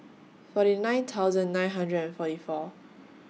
forty nine thousand nine hundred and forty four